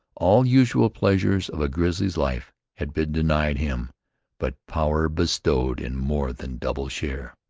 all usual pleasures of a grizzly's life had been denied him but power bestowed in more than double share.